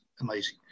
amazing